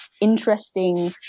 interesting